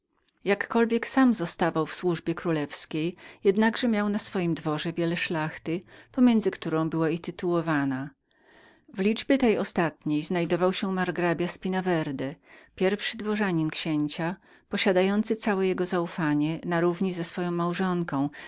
jakkolwiek sam zostawał w służbie królewskiej jednakże miał na swoim dworze wiele szlachty pomiędzy którą była i tytułowana w liczbie tej ostatniej znajdował się margrabia spinawerde pierwszy dworzanin księcia posiadający całe jego zaufanie które wszelako podzielał z swoją małżonką